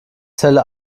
zelle